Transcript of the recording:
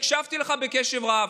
הקשבתי לך בקשב רב.